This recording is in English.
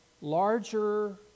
larger